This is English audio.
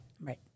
Right